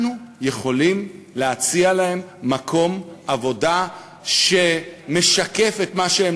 אנחנו יכולים להציע להם מקום עבודה שמשקף את מה שהם